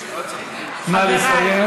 ראש הממשלה, מה זה.